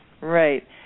Right